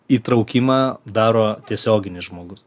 įtraukimą daro tiesioginis žmogus